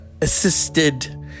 Assisted